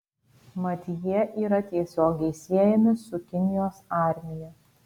mat jie yra tiesiogiai siejami su kinijos armija